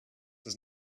does